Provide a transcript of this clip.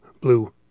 Blue